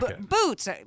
boots